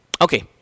Okay